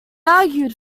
argued